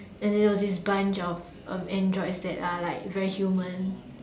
and there was this bunch of of androids that are like very human